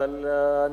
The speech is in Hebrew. אבל הוא לא חבר כנסת.